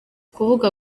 kuvuga